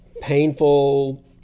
painful